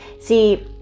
See